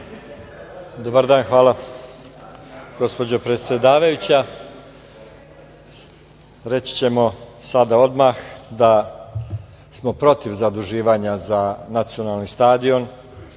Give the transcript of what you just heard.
Dobar dan. Hvala, gospođo predsedavajuća. Reći ćemo sada odmah da smo protiv zaduživanja za Nacionalni stadion.